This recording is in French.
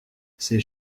ses